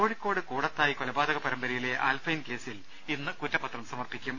കോഴിക്കോട് കൂടത്തായ് കൊലപാതക പരമ്പരയിലെ ആൽഫൈൻ കേസിൽ ഇന്ന് കുറ്റപത്രം സമർപ്പിക്കും